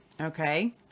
Okay